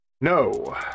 No